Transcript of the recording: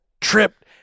tripped